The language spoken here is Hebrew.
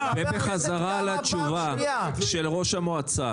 --- אולי נחזור לשאלה של ראש המועצה.